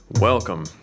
Welcome